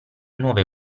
nuove